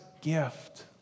gift